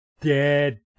dead